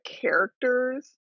characters